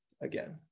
again